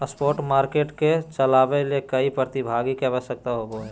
spot market के चलावय ले कई प्रतिभागी के आवश्यकता होबो हइ